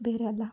ಬೇರೆ ಅಲ್ಲ